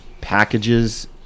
packages